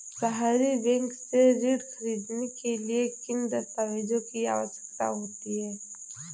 सहरी बैंक से ऋण ख़रीदने के लिए किन दस्तावेजों की आवश्यकता होती है?